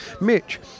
Mitch